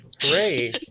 Great